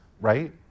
Right